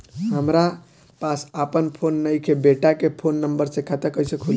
हमरा पास आपन फोन नईखे बेटा के फोन नंबर से खाता कइसे खुली?